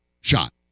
shot